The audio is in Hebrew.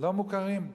לא מוכרים,